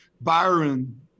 Byron